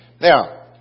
Now